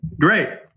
great